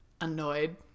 annoyed